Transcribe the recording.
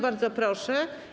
Bardzo proszę.